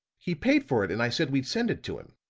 he paid for it and i said we'd send it to him.